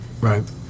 right